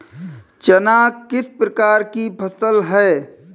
चना किस प्रकार की फसल है?